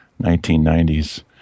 1990s